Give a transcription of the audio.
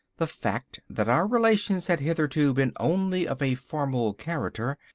the fact that our relations had hitherto been only of a formal character,